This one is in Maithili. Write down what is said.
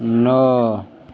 नओ